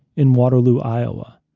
in waterloo, iowa.